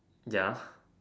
ya